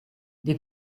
des